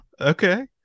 okay